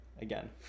again